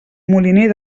moliner